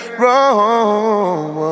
wrong